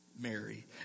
Mary